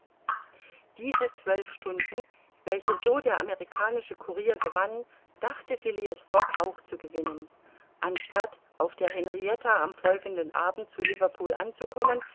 diese zwölf stunden welche so der amerikanische courier gewann dachte phileas fogg auch zu gewinnen anstatt auf der henrietta am folgenden abend zu liverpool anzukommen